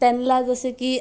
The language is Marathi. त्यांना जसे की